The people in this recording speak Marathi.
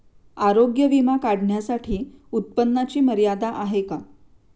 आरोग्य विमा काढण्यासाठी उत्पन्नाची मर्यादा आहे का?